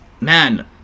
man